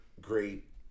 great